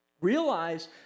Realize